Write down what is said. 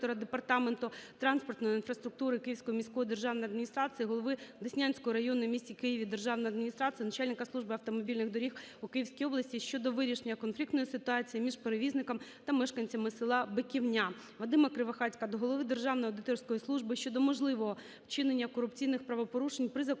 Департаменту транспортної інфраструктури Київської міської державної адміністрації, голови Деснянської районної в місті Києві державної адміністрації, начальника служби автомобільних доріг у Київській області щодо вирішення конфліктної ситуації між перевізником та мешканцями селища Биківня. Вадима Кривохатька до Голови Державної аудиторської служби щодо можливого вчинення корупційних правопорушень при закупівлі